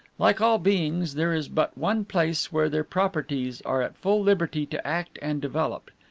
like all beings, there is but one place where their properties are at full liberty to act and develop.